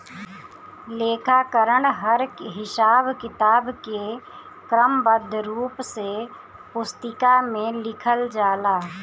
लेखाकरण हर हिसाब किताब के क्रमबद्ध रूप से पुस्तिका में लिखल जाला